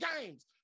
games